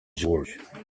george